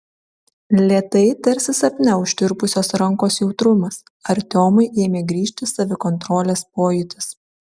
lėtai tarsi sapne užtirpusios rankos jautrumas artiomui ėmė grįžti savikontrolės pojūtis